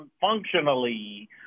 functionally